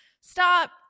Stop